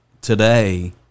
today